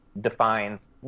defines